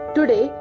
Today